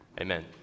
Amen